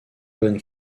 bonnes